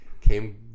came